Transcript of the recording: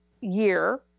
year